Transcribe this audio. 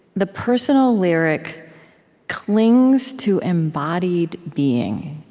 the personal lyric clings to embodied being,